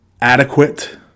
adequate